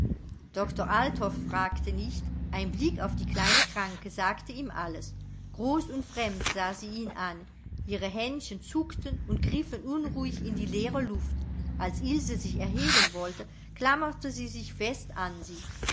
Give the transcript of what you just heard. doktor althoff fragte nicht ein blick auf die kleine kranke sagte ihm alles groß und fremd sah sie ihn an ihre händchen zuckten und griffen unruhig in die leere luft als ilse sich erheben wollte klammerte sie sich fest an sie